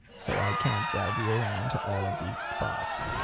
so i can't drive you around to all of these spots.